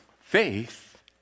Faith